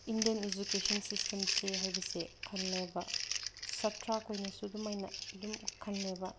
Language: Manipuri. ꯏꯟꯗꯤꯌꯥꯟ ꯏꯖꯨꯀꯦꯁꯟ ꯁꯤꯁꯇꯦꯝꯁꯦ ꯍꯥꯏꯕꯁꯦ ꯈꯜꯂꯦꯕ ꯁꯥꯇ꯭ꯔꯈꯣꯏꯅꯁꯨ ꯑꯗꯨꯃꯥꯏꯅ ꯑꯗꯨꯝ ꯈꯜꯂꯦꯕ